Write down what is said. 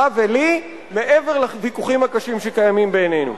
ולי מעבר לוויכוחים הקשים שקיימים בינינו.